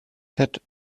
ted